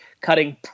cutting